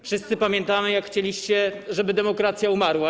Wszyscy pamiętamy, jak chcieliście, żeby demokracja umarła.